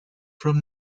from